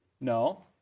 No